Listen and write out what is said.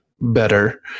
better